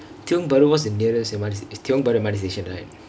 tiongk bahru was the nearest M_R_T is tiongk bahru M_R_T station right